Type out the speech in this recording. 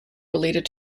related